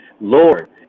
Lord